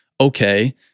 Okay